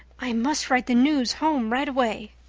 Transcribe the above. i must write the news home right away.